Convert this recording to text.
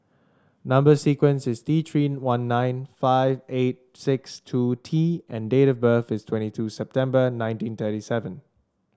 number sequence is T Three one nine five eight six two T and date of birth is twenty two September nineteen thirty seven